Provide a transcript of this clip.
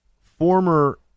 former